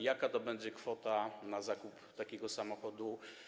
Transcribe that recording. Jaka będzie kwota na zakup takiego samochodu?